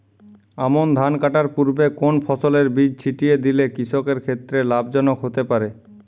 আমন ধান কাটার পূর্বে কোন ফসলের বীজ ছিটিয়ে দিলে কৃষকের ক্ষেত্রে লাভজনক হতে পারে?